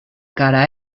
cara